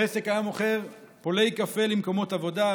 העסק היה מוכר פולי קפה למקומות עבודה,